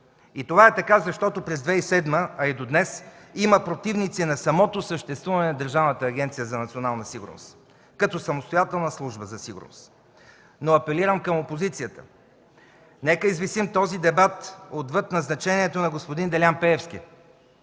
Това е така, защото през 2007 г., а и до днес, има противници на самото съществуване на Държавна агенция „Национална сигурност” като самостоятелна служба за сигурност. Апелирам към опозицията – нека извисим този дебат отвъд назначението на господин Делян Пеевски,